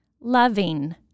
loving